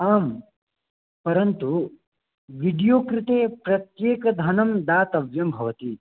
आं परन्तु विडियो कृते प्रत्येकं धनं दातव्यं भवति